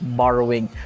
borrowing